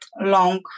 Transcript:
long